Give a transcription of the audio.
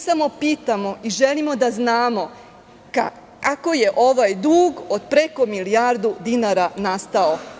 Samo pitamo i želimo da znamo – kako je ovaj dug od preko milijardu dinara nastao?